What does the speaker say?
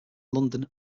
london